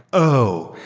oh!